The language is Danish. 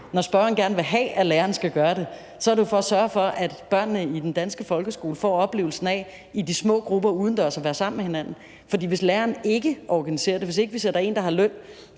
Når spørgeren gerne vil have, at læreren skal gøre det, er det jo for at sørge for, at børnene i den danske folkeskole får oplevelsen af i de små grupper udendørs at være sammen med hinanden. For hvis læreren ikke organiserer det, hvis ikke vi sætter en, der får løn